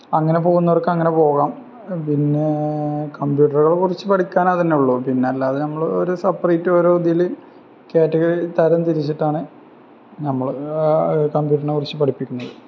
അങ്ങനെ പോകുന്നവർക്ക് അങ്ങനെ പോകാം പിന്നെ കംപ്യൂട്ടറിനെക്കുറിച്ച് പഠിക്കാനതുതന്നെയേ ഉള്ളൂ പിന്നല്ലാതെ നമ്മള് ഒരു സെപ്പറേറ്റ് ഒരിതില് കാറ്റഗറി തരം തിരിച്ചിട്ടാണ് നമ്മള് കംപ്യൂട്ടറിനെക്കുറിച്ച് പഠിപ്പിക്കുന്നത്